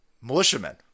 militiamen